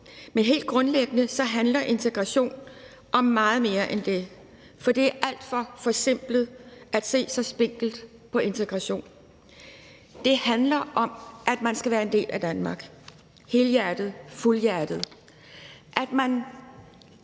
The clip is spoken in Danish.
Men helt grundlæggende handler integration om meget mere end det, for det er alt for forsimplet at se så spinkelt på integration. Det handler om, at man skal være en del af Danmark, helhjertet, fuldhjertet,